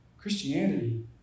Christianity